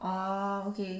orh okay